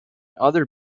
other